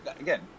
Again